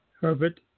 Herbert